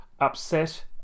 upset